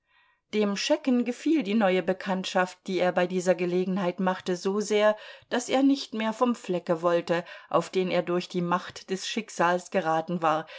dem schecken gefiel die neue bekanntschaft die er bei dieser gelegenheit machte so sehr daß er nicht mehr vom flecke wollte auf den er durch die macht des schicksals geraten war